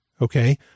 okay